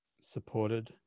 supported